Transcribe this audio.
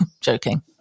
joking